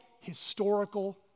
historical